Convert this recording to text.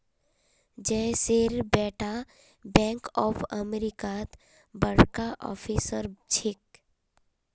जयेशेर बेटा bank of अमेरिकात बड़का ऑफिसर छेक